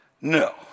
No